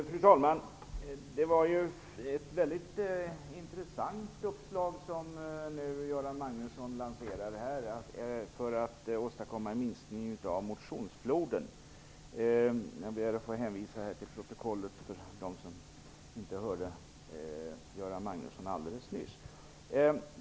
Fru talman! Det var ju ett intressant uppslag som Göran Magnusson lanserade här för att åstadkomma en minskning av motionsfloden. Jag ber att få hänvisa dem som inte hörde vad Göran Magnusson sade alldeles nyss till protokollet.